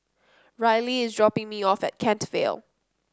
Ryleigh is dropping me off at Kent Vale